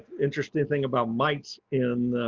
interesting thing about mites in,